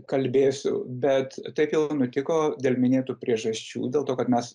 kalbėsiu bet taip nutiko dėl minėtų priežasčių dėl to kad mes